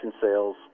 sales